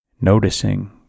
Noticing